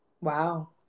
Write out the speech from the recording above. Wow